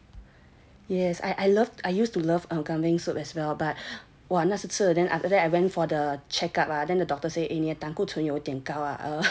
yes I I love I used to love um kambing soup as well but !wah! 那是吃了 after that I went for the check up ah then the doctor say 那个胆固醇有点高啊